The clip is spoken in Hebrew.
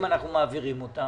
אם אנחנו מעבירים אותן